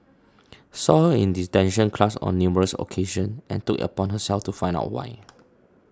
saw her in detention class on numerous occasions and took it upon herself to find out why